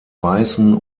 weißen